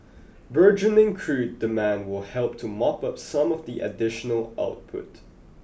burgeoning crude demand will help to mop up some of the additional output